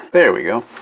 there we go.